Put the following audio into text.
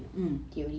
mm